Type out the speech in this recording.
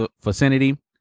vicinity